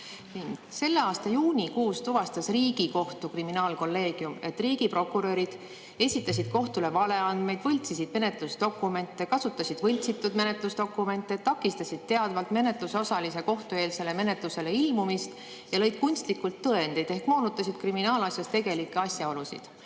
Selle aasta juunikuus tuvastas Riigikohtu kriminaalkolleegium, et riigiprokurörid esitasid kohtule valeandmeid, võltsisid menetlusdokumente, kasutasid võltsitud menetlusdokumente, takistasid teadvalt menetlusosalise kohtueelsele menetlusele ilmumist ja lõid kunstlikult tõendeid ehk moonutasid kriminaalasjas tegelikke asjaolusid. Kui